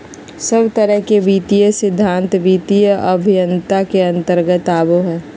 सब तरह के वित्तीय सिद्धान्त वित्तीय अभयन्ता के अन्तर्गत आवो हय